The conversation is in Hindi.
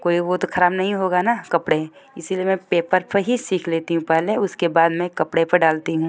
कोई वो तो खराब नहीं होगा न कपड़े इसलिए मैं पेपर पर ही सीख लेती हूँ पहले उसके बाद मैं कपड़े पर डालती हूँ